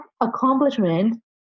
accomplishment